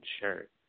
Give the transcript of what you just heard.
shirt